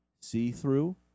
see-through